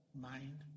mind